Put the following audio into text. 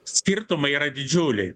skirtumai yra didžiuliai